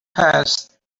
passed